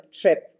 trip